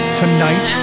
tonight